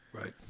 right